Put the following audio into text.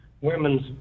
Women's